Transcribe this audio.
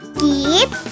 keep